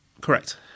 Correct